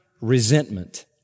resentment